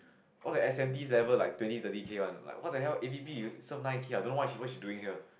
all the S_M_E level twenty thirty K one what the hell A_V_P you serve nine K ah I don't know what she doing here